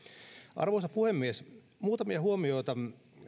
arvoisa puhemies muutamia huomioita